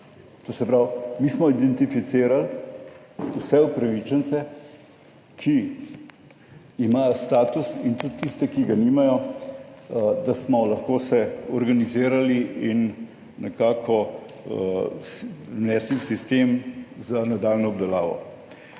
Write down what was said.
To se pravi, mi smo identificirali vse upravičence, ki imajo status in tudi tiste, ki ga nimajo, da smo lahko se organizirali in nekako vnesli v sistem za nadaljnjo obdelavo.